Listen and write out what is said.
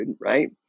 right